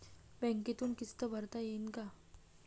बँकेतून किस्त भरता येईन का?